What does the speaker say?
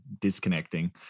disconnecting